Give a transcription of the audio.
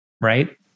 right